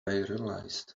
realized